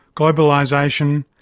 globalisation,